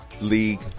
league